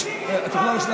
תפסיק לדבר שטויות.